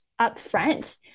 upfront